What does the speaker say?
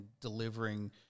delivering